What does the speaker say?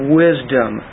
wisdom